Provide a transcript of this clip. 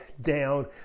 down